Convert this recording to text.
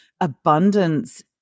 abundance